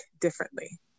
differently